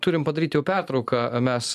turim padaryt jau pertrauką mes